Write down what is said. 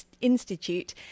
Institute